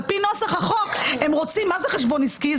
על פי נוסח החוק מה זה חשבון עסקי?